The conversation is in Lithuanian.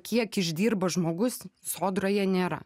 kiek išdirba žmogus sodroje nėra